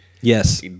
Yes